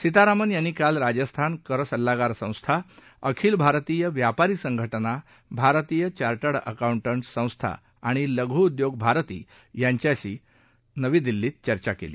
सीतारामन यांनी काल राजस्थान कर सल्लागार संस्था अखिल भारतीय व्यापारी संघ जा भारतीय चा िव् अकाउं ् संस्था आणि लघु उद्योग भारती यांच्याशी सीतारामन यांनी काल नवी दिल्लीत चर्चा केली